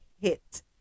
hit